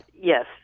yes